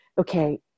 okay